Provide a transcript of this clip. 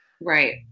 Right